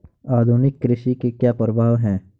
आधुनिक कृषि के क्या प्रभाव हैं?